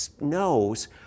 knows